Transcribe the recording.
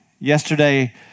Yesterday